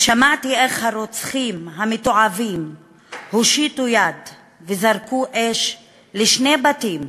ושמעתי איך הרוצחים המתועבים הושיטו יד וזרקו אש לשני בתים,